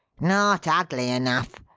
not ugly enough,